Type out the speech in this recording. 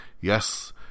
Yes